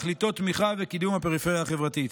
שתכליתו תמיכה וקידום הפריפריה החברתית.